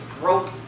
broke